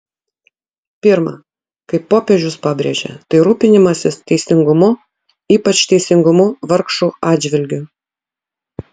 pirma kaip popiežius pabrėžė tai rūpinimasis teisingumu ypač teisingumu vargšų atžvilgiu